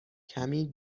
کمی